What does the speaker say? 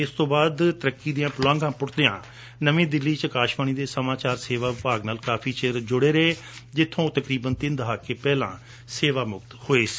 ਇਸ ਤੋਂ ਬਾਅਦ ਤਰੱਕੀ ਦੀਆਂ ਪੁਲੰਘਾਂ ਪੁੱਟਦਿਆਂ ਉਹ ਨਵੀਂ ਦਿੱਲੀ ਵਿਚ ਸਮਾਚਾਰ ਸੇਵਾ ਵਿਭਾਗ ਨਾਲ ਕਾਫੀ ਚਿਰ ਜੁੜੇ ਰਹੇ ਜਿੱਬੋਂ ਉਹ ਤਕਰੀਬਨ ਤਿੰਨ ਦਹਾਕੇ ਪਹਿਲਾਂ ਸੇਵਾ ਮੁਕਤ ਹੋਏ ਸੀ